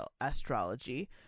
astrology